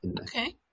Okay